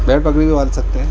بھیڑ بکری بھی پال سکتے ہیں